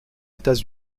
états